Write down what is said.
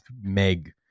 meg